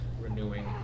renewing